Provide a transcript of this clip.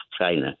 China